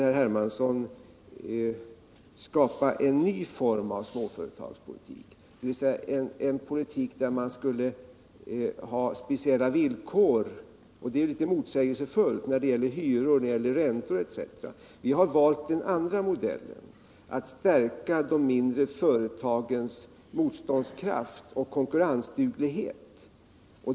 Herr Hermansson vill skapa en ny form av småföretagspolitik, där man skulle ha speciella villkor — det är litet motsägelsefullt — när det gäller hyror, räntor etc. Vi har valt den andra modellen: att stärka de mindre företagens motståndskraft och konkurrensduglighet.